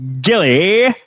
Gilly